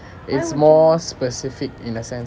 it's more specific in a sense